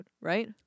right